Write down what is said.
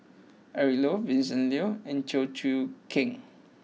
Eric Low Vincent Leow and Chew Choo Keng